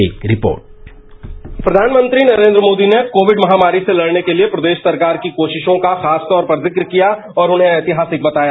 एक रिपोर्ट प्रधानमंत्री नरेन्द्र मोदी ने कोविड महामारी से लड़ने के लिए प्रदेश सरकार की कोशियों का खासतौर पर जिक्र किया और उन्हें ऐतिहासिक बताया